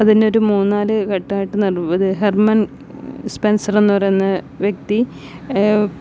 അതിനൊരു മൂന്നു നാല് ഘട്ടമായിട്ട് നിർ ഹെർമൻ സ്പെൻസറെന്നു പറയുന്ന വ്യക്തി